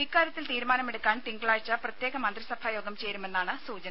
ഇക്കാര്യത്തിൽ തീരുമാനമെടുക്കാൻ തിങ്കളാഴ്ച പ്രത്യേക മന്ത്രിസഭാ യോഗം ചേരുമെന്നാണ് സൂചന